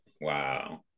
Wow